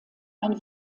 ein